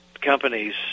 companies